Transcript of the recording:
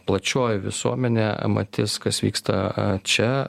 plačioji visuomenė matys kas vyksta čia